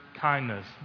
kindness